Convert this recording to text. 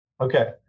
Okay